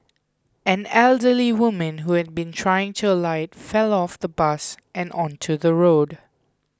an elderly woman who had been trying to alight fell off the bus and onto the road